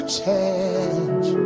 change